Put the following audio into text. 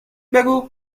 بگو